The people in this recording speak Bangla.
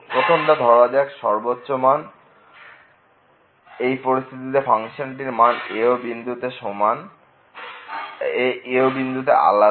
প্রথমটা ধরা যাক সর্বোচ্চ মান এই পরিস্থিতিতে ফাংশনটির মান a ও b বিন্দুতে আলাদা